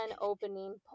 opening